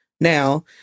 now